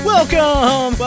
Welcome